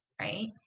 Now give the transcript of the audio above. right